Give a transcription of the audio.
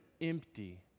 empty